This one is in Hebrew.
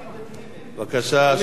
בבקשה.